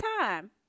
time